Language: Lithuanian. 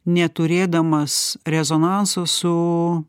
neturėdamas rezonanso su